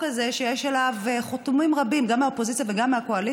שנוכל להעביר את המסר למי שלא הקשיב בפעם הקודמת